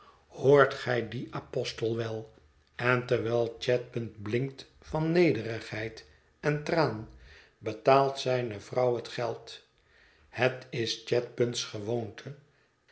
hoort gij dien apostel wel en terwijl chadband blinkt van nederigheid en traan betaalt zijne vrouw het geld het is chadband's gewoonte